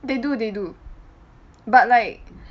they do they do but like